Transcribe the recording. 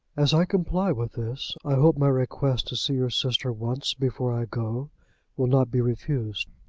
as i comply with this, i hope my request to see your sister once before i go will not be refused.